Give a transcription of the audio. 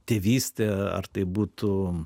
tėvystė ar tai būtų